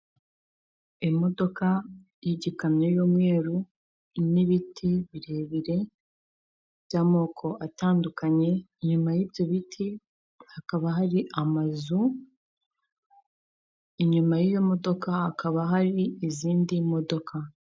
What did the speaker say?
Imodoka y'igikamyo y'umweru n'ibiti birebire by'amoko atandukanye inyuma y'ibyo biti hakaba hari amazu inyuma y'iyo modoka hakaba hari izindi modoka.